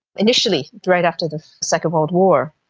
initially, right after the second world war,